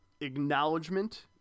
acknowledgement